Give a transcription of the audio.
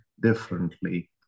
differently